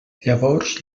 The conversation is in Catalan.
llavors